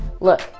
Look